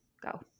go